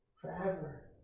Forever